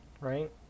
right